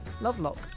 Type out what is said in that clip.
Lovelock